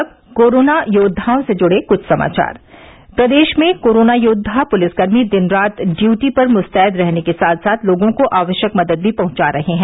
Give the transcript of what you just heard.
और अब कोरोना योद्वाओं से जुड़े कुछ समाचार प्रदेश में कोरोना योद्वा पुलिसकर्मी दिन रात ड्यूटी पर मुस्तैद रहने के साथ साथ लोगों को आवश्यक मदद भी पहुंचा रहे हैं